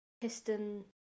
piston